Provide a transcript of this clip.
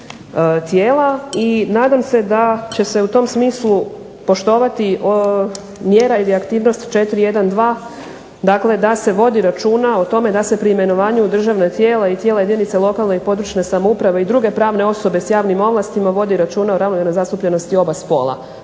i nadam se da će se u tom smislu poštovati mjera ili aktivnost 412. dakle da se vodi računa o tome da se u preimenovanju u državna tijela i tijela jedinica lokalne i područne samouprave i druge pravne osobe s javnim ovlastima vodi računa o ... nezastupljenosti oba spola.